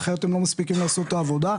אחרת הם לא מספיקים לעשות את העבודה.